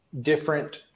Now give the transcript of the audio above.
different